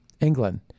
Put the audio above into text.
England